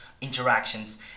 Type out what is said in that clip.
interactions